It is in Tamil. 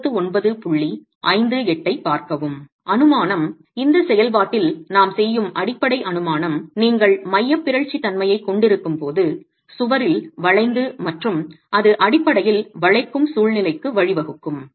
அனுமானம் இந்தச் செயல்பாட்டில் நாம் செய்யும் அடிப்படை அனுமானம் நீங்கள் மையப் பிறழ்ச்சி தன்மையைக் கொண்டிருக்கும்போது சுவரில் வளைந்து மற்றும் அது அடிப்படையில் வளைக்கும் சூழ்நிலைக்கு வழிவகுக்கும்